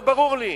לא ברור לי.